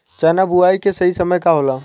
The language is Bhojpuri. चना बुआई के सही समय का होला?